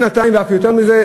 שנתיים ואף יותר מזה,